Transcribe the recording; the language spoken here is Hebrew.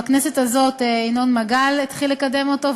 בכנסת הזאת ינון מגל התחיל לקדם אותו,